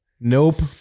nope